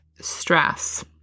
stress